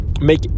make